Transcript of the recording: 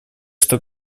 что